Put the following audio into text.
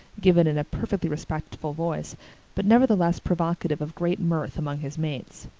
given in a perfectly respectful voice but nevertheless provocative of great mirth among his mates.